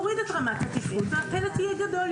בסוף אפריל, משהו כזה.